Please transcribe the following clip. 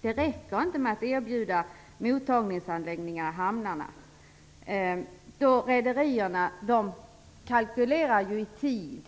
Det räcker inte med att erbjuda mottagningsanläggningar i hamnarna. Rederierna kalkylerar i tid.